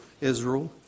Israel